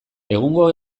egungo